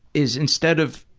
is instead of